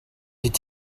going